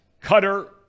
Cutter